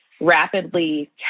rapidly